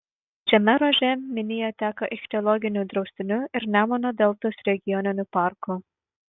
šiame ruože minija teka ichtiologiniu draustiniu ir nemuno deltos regioniniu parku